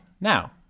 now